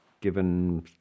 given